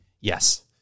yes